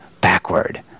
backward